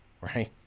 right